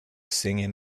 singing